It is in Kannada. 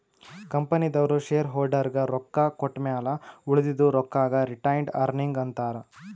ಕಂಪನಿದವ್ರು ಶೇರ್ ಹೋಲ್ಡರ್ಗ ರೊಕ್ಕಾ ಕೊಟ್ಟಮ್ಯಾಲ ಉಳದಿದು ರೊಕ್ಕಾಗ ರಿಟೈನ್ಡ್ ಅರ್ನಿಂಗ್ ಅಂತಾರ